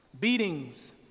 beatings